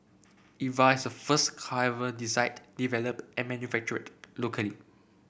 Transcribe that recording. Eva is the first car ever designed developed and manufactured locally